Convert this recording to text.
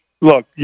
look